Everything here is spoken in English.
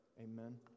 Amen